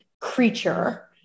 creature